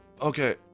okay